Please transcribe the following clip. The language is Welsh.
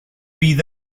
bydd